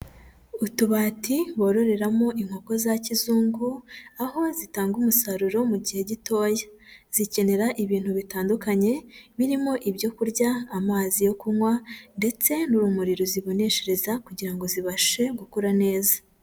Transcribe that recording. Utubati bororeramo inkoko za kizungu, aho zitanga umusaruro mu gihe gitoya, zikenera ibintu bitandukanye birimo ibyo kurya, amazi yo kunywa ndetse n'urumuri ruziboneshereza kugira ngo zibashe gukura neza